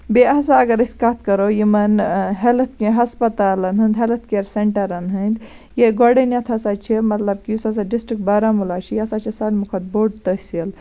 بیٚیہِ ہَسا اَگر أسۍ کتھ کَرو یِمَن ہیٚلٕتھ کہِ ہَسپَتالَن ہُنٛد ہیٚلٕتھ کیَر سیٚنٹَرَن ہٕنٛدۍ گۄڈٕنیٚتھ ہَسا چھِ مَطلَب یُس ہَسا ڈِسٹرک بارہمُلہ چھُ یہِ ہَسا چھُ سٲلمو کھۄتہٕ بوٚڑ تحصیل